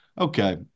okay